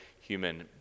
human